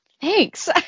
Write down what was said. Thanks